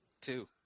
Two